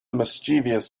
mischievous